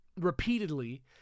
repeatedly